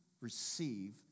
receive